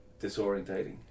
disorientating